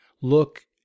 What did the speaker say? look